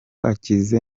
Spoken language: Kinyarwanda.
akize